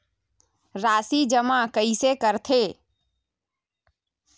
राशि जमा कइसे करथे?